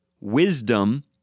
wisdom